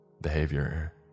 Behavior